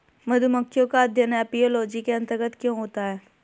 मधुमक्खियों का अध्ययन एपियोलॉजी के अंतर्गत क्यों होता है?